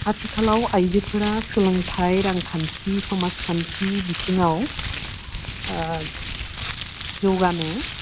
आथिखालाव आइजोफोरा सोलोंथाय रांखान्थि समाजखान्थि बिथिङाव जौगानो